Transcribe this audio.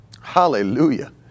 Hallelujah